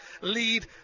lead